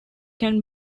can